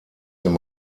dem